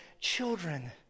children